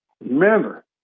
Remember